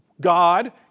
God